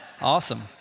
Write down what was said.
Awesome